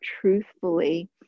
truthfully